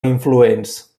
influents